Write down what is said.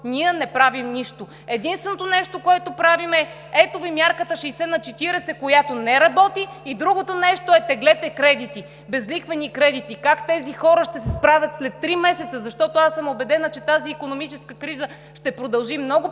ние не правим нищо. Единственото нещо, което правим, е: ето Ви мярката 60 на 40, която не работи, и другото нещо е: теглете кредити, безлихвени кредити! Как тези хора ще се справят след три месеца, защото аз съм убедена, че тази икономическа криза ще продължи много по-дълго